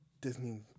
Disney